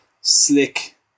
slick